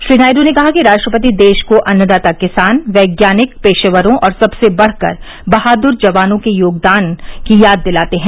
श्री नायड् ने कहा कि राष्ट्रपति देश को अन्नदाता किसान वैज्ञानिक पेशेवरों और सबसे बढ़कर बहाद्र जवानों के योगदान की याद दिलाते हैं